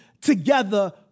together